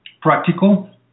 practical